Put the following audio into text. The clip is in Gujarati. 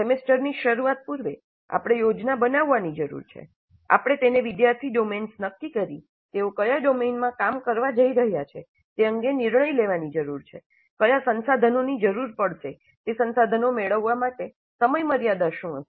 સેમેસ્ટરની શરૂઆત પૂર્વે આપણે યોજના બનાવવાની જરૂર છે આપણે વિદ્યાર્થી ડોમેન્સ નક્કી કરી તેઓ કયા ડોમેનમાં કામ કરવા જઈ રહ્યા છે તે અંગે નિર્ણય લેવાની જરૂર છે કયા સંસાધનોની જરૂર પડશે તે સંસાધનો મેળવવા માટે સમયમર્યાદા શું હશે